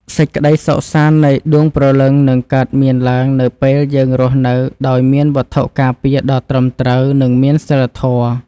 សេចក្តីសុខសាន្តនៃដួងព្រលឹងនឹងកើតមានឡើងនៅពេលយើងរស់នៅដោយមានវត្ថុការពារដ៏ត្រឹមត្រូវនិងមានសីលធម៌។